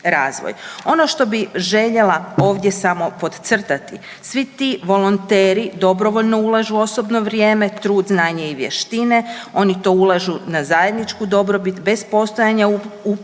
Ono što bi željela ovdje samo podcrtati, svi ti volonteri dobrovoljno ulažu osobno vrijeme trud, znanje i vještine, oni to ulažu na zajedničku dobrobit bez postojanja uvjeta